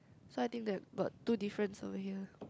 so I think that got two difference over here